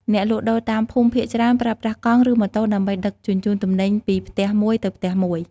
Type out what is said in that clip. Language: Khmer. អ្នកលក់ដូរតាមភូមិភាគច្រើនប្រើប្រាស់កង់ ឬម៉ូតូដើម្បីដឹកជញ្ជូនទំនិញពីផ្ទះមួយទៅផ្ទះមួយ។